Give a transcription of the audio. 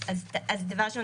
אז דבר ראשון,